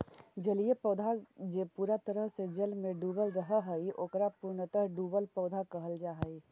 जलीय पौधा जे पूरा तरह से जल में डूबल रहऽ हई, ओकरा पूर्णतः डुबल पौधा कहल जा हई